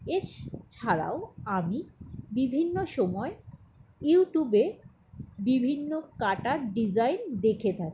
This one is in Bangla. এস ছাড়াও আমি বিভিন্ন সময়ে ইউটিউবে বিভিন্ন কাটার ডিজাইন দেখে থাকি